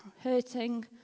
hurting